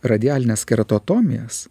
radialinės keratotomijas